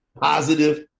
positive